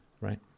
right